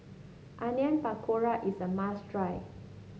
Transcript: Onion Pakora is a must try